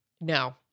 no